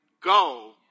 go